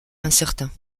incertain